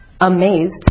amazed